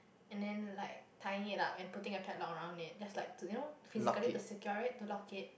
and then like tying it up and putting a padlock around it just like to you know physically to secure it to lock it